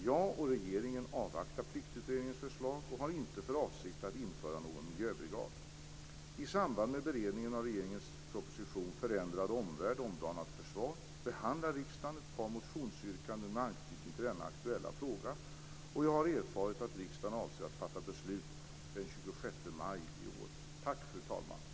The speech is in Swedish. Jag och regeringen avvaktar Pliktutredningens förslag och har inte för avsikt att införa någon miljöbrigad. I samband med beredningen av regeringens proposition Förändrad omvärld - omdanat försvar behandlar riksdagen ett par motionsyrkanden med anknytning till den aktuella frågan. Jag har erfarit att riksdagen avser att fatta beslut den 26 maj i år.